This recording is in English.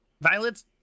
Violet's